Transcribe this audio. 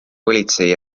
politsei